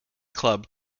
club